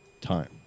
time